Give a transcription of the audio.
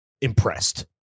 impressed